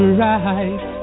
right